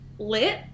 lit